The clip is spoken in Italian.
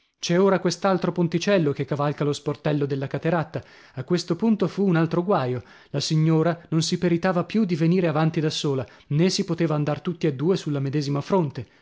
c'è ora quest'altro ponticello che cavalca lo sportello della cateratta a questo punto fu un altro guaio la signora non si peritava più di venire avanti da sola nè si poteva andar tutti e due sulla medesima fronte